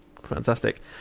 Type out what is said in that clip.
Fantastic